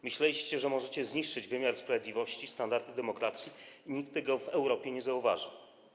Myśleliście, że możecie zniszczyć wymiar sprawiedliwości, standardy demokracji i nikt tego w Europie nie zauważy.